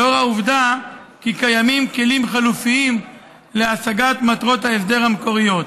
לאור העובדה כי קיימים כלים חלופיים להשגת מטרות ההסדר המקוריות.